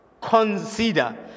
consider